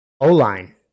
O-line